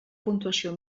puntuació